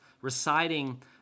reciting